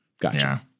gotcha